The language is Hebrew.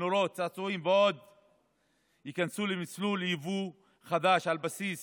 נורות וצעצועים ייכנסו למסלול יבוא חדש על בסיס